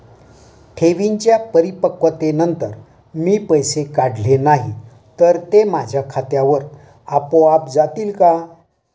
ठेवींच्या परिपक्वतेनंतर मी पैसे काढले नाही तर ते माझ्या खात्यावर आपोआप जातील का?